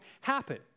happen